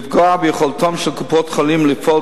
לפגוע ביכולתן של קופות-החולים לפעול